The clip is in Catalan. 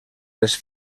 les